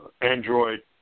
Android